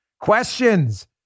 Questions